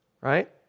right